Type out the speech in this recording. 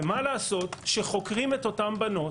ומה לעשות כשחוקרים את אותן בנות,